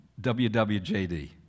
WWJD